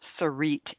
Sarit